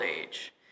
age